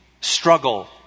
struggle